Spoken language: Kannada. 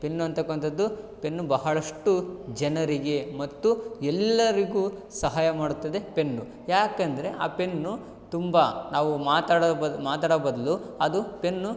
ಪೆನ್ನು ಅಂತಕ್ಕಂಥದ್ದು ಪೆನ್ನು ಬಹಳಷ್ಟು ಜನರಿಗೆ ಮತ್ತು ಎಲ್ಲರಿಗೂ ಸಹಾಯ ಮಾಡುತ್ತದೆ ಪೆನ್ನು ಯಾಕಂದರೆ ಆ ಪೆನ್ನು ತುಂಬ ನಾವು ಮಾತಾಡೋ ಬದ್ ಮಾತಾಡೋ ಬದಲು ಅದು ಪೆನ್ನು